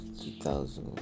2000